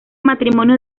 matrimonio